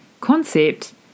concept